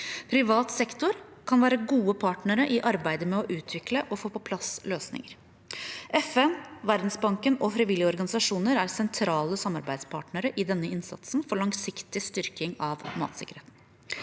Privat sektor kan være gode partnere i arbeidet med å utvikle og få på plass løsninger. FN, Verdensbanken og frivillige organisasjoner er sentrale samarbeidspartnere i denne innsatsen for langsiktig styrking av matsikkerheten.